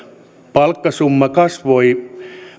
palkkasumma kasvoi